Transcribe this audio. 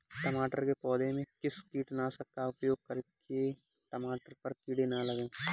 टमाटर के पौधे में किस कीटनाशक का उपयोग करें कि टमाटर पर कीड़े न लगें?